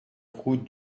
route